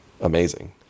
amazing